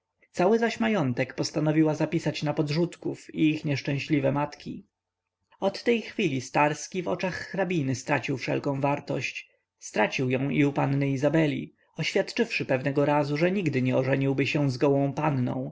cały zaś majątek postanowiła zapisać na podrzutków i ich nieszczęśliwe matki od tej chwili starski w oczach hrabiny stracił wszelką wartość stracił ją i u panny izabeli oświadczywszy pewnego razu że nigdy nie ożeniłby się z gołą panną